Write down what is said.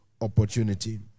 Opportunity